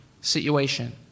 situation